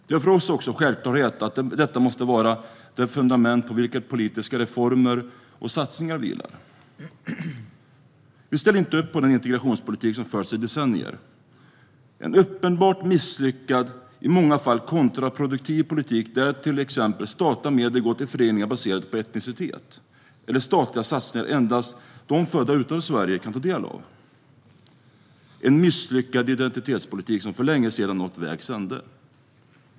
Det är för oss också en självklarhet att detta måste vara det fundament på vilket politiska reformer och satsningar vilar. Vi ställer inte upp på den integrationspolitik som har förts i decennier. Det har varit en uppenbart misslyckad och i många fall kontraproduktiv politik där till exempel statliga medel går till föreningar baserade på etnicitet eller statliga satsningar som endast de som är födda utanför Sverige kan ta del av. Det är en misslyckad identitetspolitik som för länge sedan nått vägs ände.